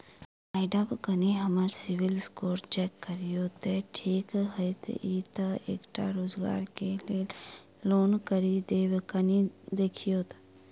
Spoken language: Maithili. माइडम कनि हम्मर सिबिल स्कोर चेक करियो तेँ ठीक हएत ई तऽ एकटा रोजगार केँ लैल लोन करि देब कनि देखीओत?